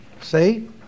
See